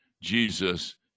Jesus